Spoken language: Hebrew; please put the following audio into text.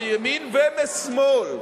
מימין ומשמאל,